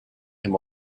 him